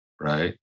right